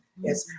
yes